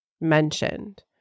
mentioned